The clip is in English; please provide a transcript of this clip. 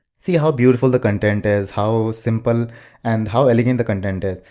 see how beautiful the content is, how simple and how elegant the content is.